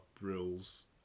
rules